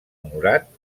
honorat